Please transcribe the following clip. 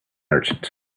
merchant